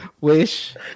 Wish